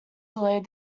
delayed